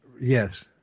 yes